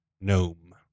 gnome